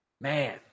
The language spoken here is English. Man